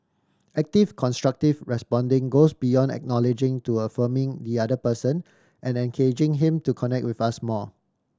active constructive responding goes beyond acknowledging to affirming the other person and engaging him to connect with us more